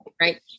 right